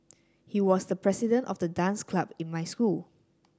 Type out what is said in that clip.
he was the president of the dance club in my school